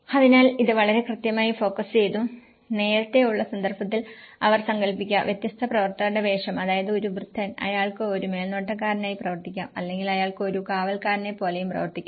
അതിനാൽ ഇത് വളരെ കൃത്യമായി ഫോക്കസ് ചെയ്തു നേരത്തെയുള്ള സന്ദർഭത്തിൽ അവർ സങ്കൽപ്പിക്കുക വ്യത്യസ്ത പ്രവർത്തകരുടെ വേഷം അതായത് ഒരു വൃദ്ധൻ അയാൾക്ക് ഒരു മേൽനോട്ടക്കാരനായി പ്രവർത്തിക്കാം അല്ലെങ്കിൽ അയാൾക്ക് ഒരു കാവൽക്കാരനെപ്പോലെയും പ്രവർത്തിക്കാം